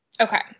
Okay